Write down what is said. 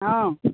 हॅं